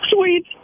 Sweet